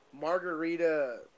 margarita